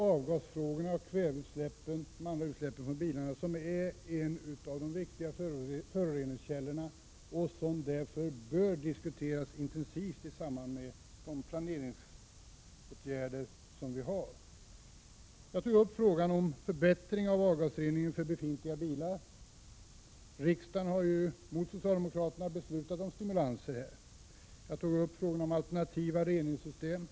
Avgaserna och kväveutsläppen från bilarna utgör en av de viktigaste föroreningskällorna och bör därför diskuteras intensivt i samband med planeringsåtgärder. Jag tog upp frågan om förbättring av avgasreningen för befintliga bilar. Riksdagen har ju mot socialdemokraterna beslutat om stimulanser i fråga om detta. Jag tog upp frågan om alternativa reningssystem.